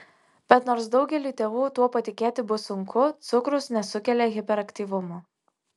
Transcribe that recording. bet nors daugeliui tėvų tuo patikėti bus sunku cukrus nesukelia hiperaktyvumo